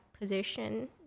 position